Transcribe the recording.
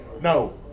No